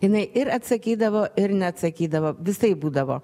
jinai ir atsakydavo ir neatsakydavo visaip būdavo